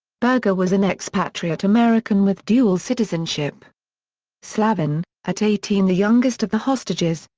berger was an expatriate american with dual citizenship slavin, at eighteen the youngest of the hostages,